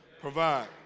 provide